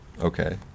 Okay